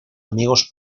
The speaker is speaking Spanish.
amigos